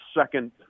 second